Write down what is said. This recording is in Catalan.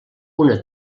una